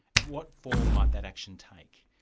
what form might that action take?